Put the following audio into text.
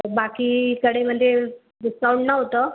तर बाकीकडे म्हणजे डिस्काउंट नव्हतं